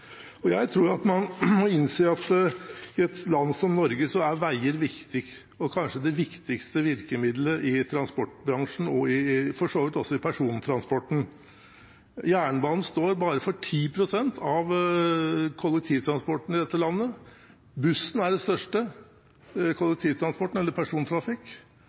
framover. Jeg tror man må innse at i et land som Norge er veier viktig – kanskje det viktigste virkemidlet i transportbransjen og for så vidt også i persontransporten. Jernbanen står bare for 10 pst. av kollektivtransporten i dette landet. Bussen er størst når det gjelder kollektivtransport – persontrafikk.